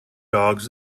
dogs